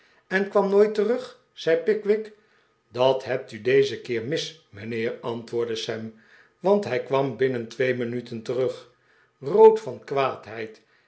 en kwam nooit terug zei pickwick dat hebt u dezen keer mis mijnheer antwoordde sam want hij kwam binnen twee minuten terug rood van kwaadheid